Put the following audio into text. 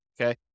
okay